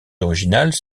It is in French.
originales